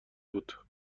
بود